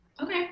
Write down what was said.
Okay